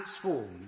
transformed